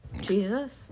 Jesus